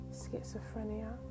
schizophrenia